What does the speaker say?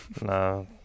No